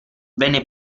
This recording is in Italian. venne